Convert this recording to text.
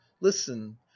listen